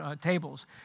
tables